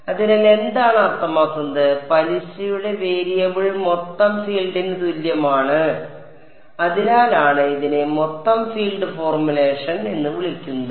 അതിനാൽ എന്താണ് അർത്ഥമാക്കുന്നത് പലിശയുടെ വേരിയബിൾ മൊത്തം ഫീൽഡിന് തുല്യമാണ് അതിനാലാണ് ഇതിനെ മൊത്തം ഫീൽഡ് ഫോർമുലേഷൻ എന്ന് വിളിക്കുന്നത്